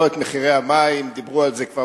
לא את מחירי המים, דיברו על זה מספיק.